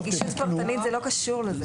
נגישות פרטנית זה לא קשור לזה.